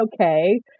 okay